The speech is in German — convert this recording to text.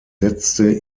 setzte